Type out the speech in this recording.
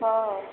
ହଁ